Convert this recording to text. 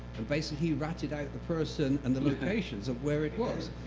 and basically, he ratted out the person and the locations of where it was.